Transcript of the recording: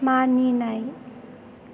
मानिनाय